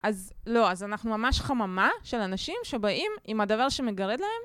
אז לא, אז אנחנו ממש חממה של אנשים שבאים עם הדבר שמגרד להם